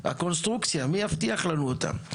הקונסטרוקציה, מי יבטיח לנו אותה?